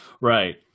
Right